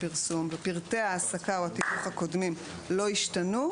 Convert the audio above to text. הפרסום ופרטי ההעסקה או התיווך הקודמים לא השתנו,